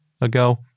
ago